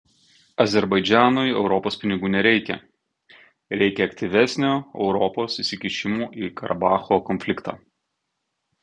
azerbaidžanui europos pinigų nereikia reikia aktyvesnio europos įsikišimo į karabacho konfliktą